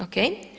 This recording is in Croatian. Ok.